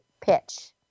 pitch